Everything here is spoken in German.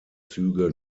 züge